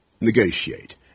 negotiate